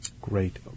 Great